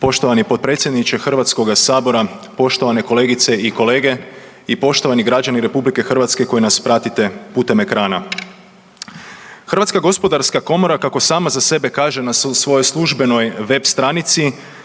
Poštovani potpredsjedniče Hrvatskoga sabora, poštovane kolegice i kolege i poštovani građani Republike Hrvatske koji nas pratite putem ekrana. Hrvatska gospodarska komora kako sama za sebe kaže na svojoj službenoj web. stranici